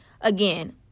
again